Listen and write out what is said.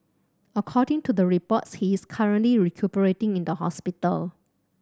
according to the reports he is currently recuperating in the hospital